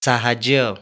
ସାହାଯ୍ୟ